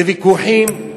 בוויכוחים,